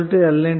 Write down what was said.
comimage 2